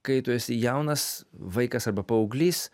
kai tu esi jaunas vaikas arba paauglys